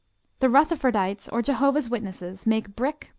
the rutherfordites or jehovah's witnesses make brick,